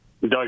Doug